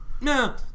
No